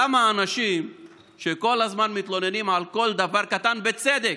למה אנשים שכל הזמן מתלוננים על כל דבר קטן, בצדק,